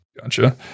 Gotcha